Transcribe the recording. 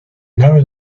now